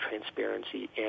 transparency